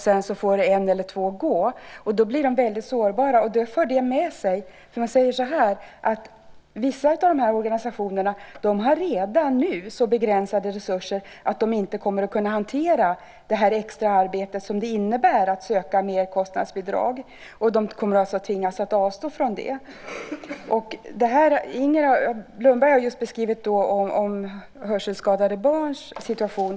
Sedan får en eller två gå, och då blir kanslierna sårbara. Vissa av organisationerna har redan nu så begränsade resurser att de inte kommer att kunna hantera det extra arbete som det innebär att söka merkostnadsbidrag. De kommer alltså att tvingas avstå från det. Inger Lundberg har just beskrivit hörselskadade barns situation.